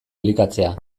elikatzea